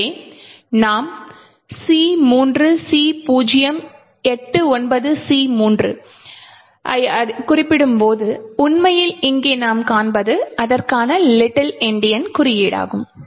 எனவே நாம் C3C089C3 ஐக் குறிப்பிடும்போது உண்மையில் இங்கே நாம் காண்பது அதற்கான லிட்டில் எண்டியன் குறியீடாகும்